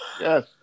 yes